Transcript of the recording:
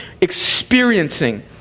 experiencing